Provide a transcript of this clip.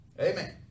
Amen